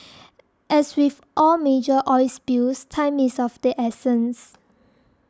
as with all major oil spills time is of the essence